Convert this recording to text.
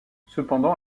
cependant